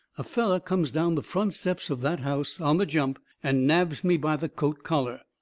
a feller comes down the front steps of that house on the jump and nabs me by the coat collar.